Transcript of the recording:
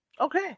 Okay